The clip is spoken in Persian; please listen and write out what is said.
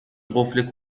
قفل